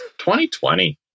2020